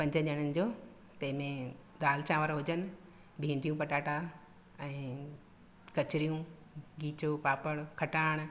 पंजनि ॼणनि जो ते में दाल चांवर हुजनि भींडियूं पटाटा ऐं कचरियूं खीचो पापड़ खटाण